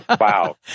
Wow